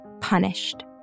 punished